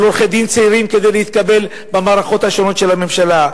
עורכי-דין צעירים להתקבל במערכות השונות של הממשלה.